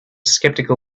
skeptical